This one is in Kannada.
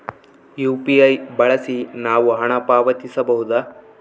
ಯು.ಪಿ.ಐ ಬಳಸಿ ನಾವು ಹಣ ಪಾವತಿಸಬಹುದಾ?